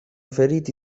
feriti